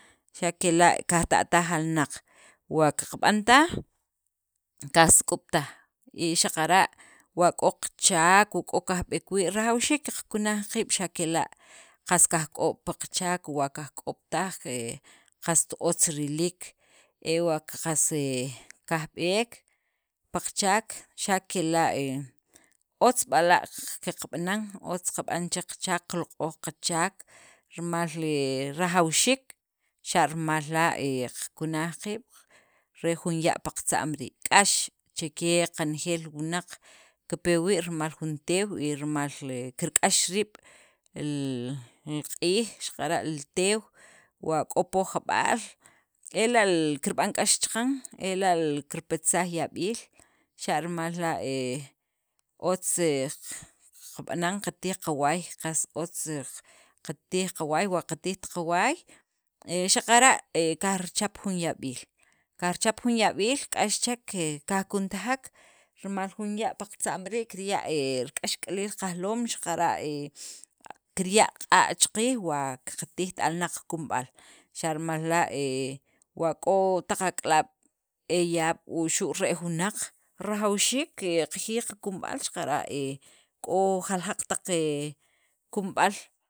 Xa' kela' qajta'taj alnaq, wa qaqb'an taj, kajsuk'ub' taj, y xaqara' wa k'o qachaak u k'o kajbeek wii', rajawxiik qakunaj qiib' xa' kela' qas kajk'ob' pi qachaak, wa kajk'ob' taj qast he otz riliik ewa' qas he kajb'eek pi qachaak xa' kela' he otz b'ala' qab'anan, otz qab'an che qachaak, qaloq'oj qachaak, rimal he rajawxiik xa' rimal la' he qaqkunaj qiib', re jun ya' pi qatza'm rii', k'ax cheqe qenejeel li wunaq kipe wii', rimal jun teew y rimal he kirk'ax riib' li q'iij xaqara' li teew, wa k'o poon jab'al ela' l kirb'an k'ax chaqan ela' l kiretsaj yab'iil xa' rimal la' he otz he q qana'n, qatij qawaay, qas otz, he qatij qawaay, wa qatijt qawaay he xaqara' he qajrichap jun yab'iil, kajrichap jun yab'iil, k'ax chek he kajkuntajek rimal jun ya' pi qatza'm rii' kirya' k'axk'aliil qajlom xaqara' he kirya' q'a' cha qiij, wa qaqtijt alnaq qakunb'al, xa' rimal la' he wa k'o taq ak'alaab' e yaab' wuxu' re'ej wunaq rajawxiik qajiyij qakunb'al, xaqara' he k'o jaljaq taq kunub'al.